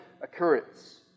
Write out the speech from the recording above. occurrence